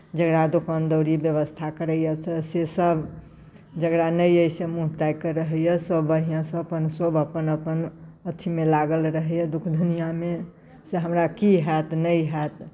जकरा दोकानदौरी व्यवस्था करैए से सेसभ जकरा नहि अछि से मूँह ताकि कऽ रहैए सभ बढ़ियाँसँ सभ अपन अपन अथिमे लागल रहैए दुख दुनिआँमे से हमरा की होयत नहि होयत